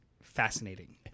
fascinating